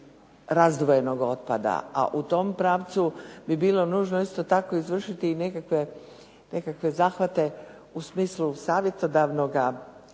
razdvojenog otpada. A u tom pravcu bi bilo nužno isto tako izvršiti i nekakve zahvate u smislu savjetodavnoga